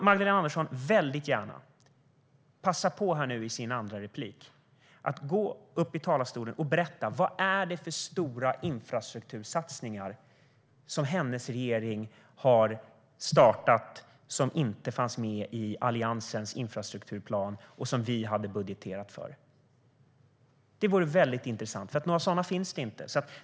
Magdalena Andersson får gärna passa på i sitt andra inlägg att gå upp i talarstolen och berätta vilka stora infrastruktursatsningar som hennes regering har startat som inte fanns med i Alliansens infrastrukturplan och som vi hade budgeterat för. Det vore intressant. Några sådana finns inte.